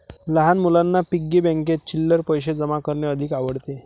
लहान मुलांना पिग्गी बँकेत चिल्लर पैशे जमा करणे अधिक आवडते